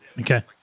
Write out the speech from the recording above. Okay